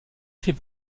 fait